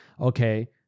okay